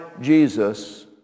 Jesus